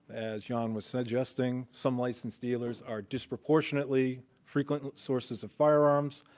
as jon was suggesting, some licensed dealers are disproportionately frequent sources of firearms,